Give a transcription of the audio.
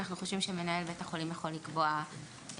אנחנו חושבים שמנהל בית החולים יכול לקבוע הסדרים